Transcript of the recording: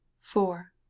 four